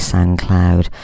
SoundCloud